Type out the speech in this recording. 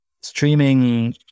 streaming